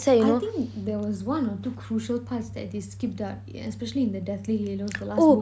I think there was one or two crucial parts that they skipped up especially in the deathly hallows the last book